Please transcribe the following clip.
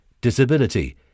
disability